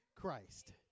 Christ